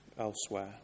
elsewhere